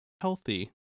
healthy